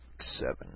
seven